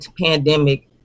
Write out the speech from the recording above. pandemic